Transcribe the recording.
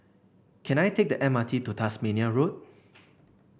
can I take the M R T to Tasmania Road